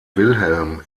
wilhelm